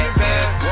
baby